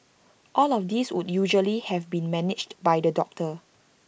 all of this would usually have been managed by the doctor